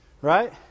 right